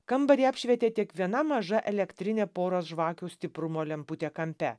kambarį apšvietė tik viena maža elektrinė poros žvakių stiprumo lemputė kampe